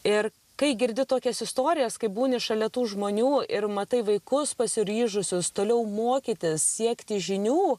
ir kai girdi tokias istorijas kai būni šalia tų žmonių ir matai vaikus pasiryžusius toliau mokytis siekti žinių